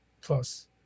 plus